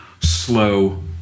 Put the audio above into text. slow